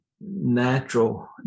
natural